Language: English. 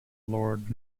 lord